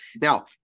Now